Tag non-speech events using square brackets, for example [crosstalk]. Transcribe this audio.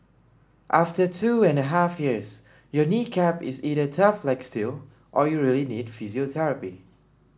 after two and a half years your knee cap is either tough like steel or you [unintelligible] need physiotherapy